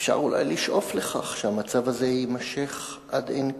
אפשר אולי לשאוף לכך שהמצב הזה יימשך עד אין קץ.